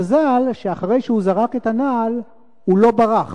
המזל, שאחרי שהוא זרק את הנעל הוא לא ברח.